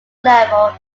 level